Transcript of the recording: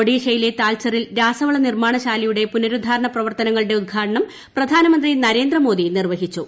ഒഡീഷയിലെ താൽച്ചറിൽ രാസവള ന് നിർമ്മാണശാലയുടെ പുനരുദ്ധാരണ പ്രവർത്തനങ്ങളുടെ ഉദ്ഘാടനം പ്രധാനമന്ത്രി നരേന്ദ്രമോദി നിർവ്വഹിച്ചു